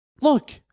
Look